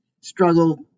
struggle